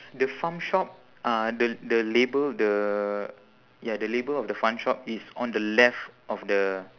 the farm shop uh the the label the ya the label of the fun shop is on the left of the